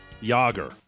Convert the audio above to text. Yager